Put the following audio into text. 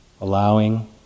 allowing